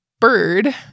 bird